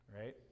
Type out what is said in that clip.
right